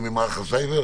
הסייבר?